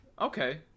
Okay